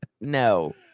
No